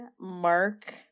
Mark